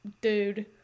dude